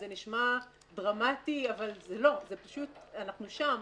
זה נשמע דרמטי, אבל זה לא, פשוט אנחנו שם.